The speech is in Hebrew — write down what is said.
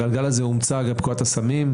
הגלגל הזה הומצא אגב פקודת הסמים,